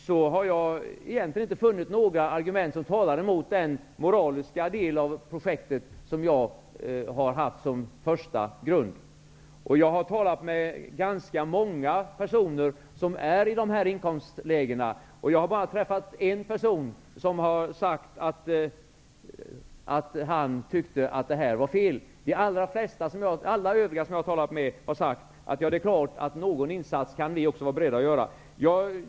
Men egentligen har jag inte funnit några argument som talar mot den moraliska del av projektet som jag haft som första grund. Jag har talat med ganska många personer i de aktuella inkomstlägena. Men jag har bara träffat på en person som tyckte att det var fel att göra en insats. Alla övriga som jag har talat med har sagt: Ja, det är klart att vi också kan vara beredda att göra någon insats.